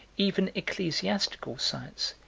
even ecclesiastical science,